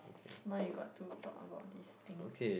mine we got to talk about these things